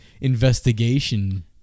investigation